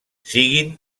siguin